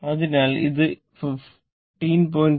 അതിനാൽ ഇത് 15